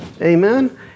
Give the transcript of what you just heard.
amen